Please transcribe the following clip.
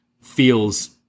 feels